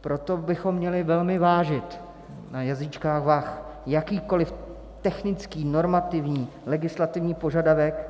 Proto bychom měli velmi vážit na jazýčkách vah jakýkoliv technický normativní legislativní požadavek,